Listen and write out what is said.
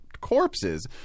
corpses